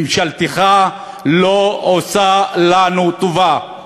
ממשלתך לא עושה לנו טובה.